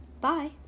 bye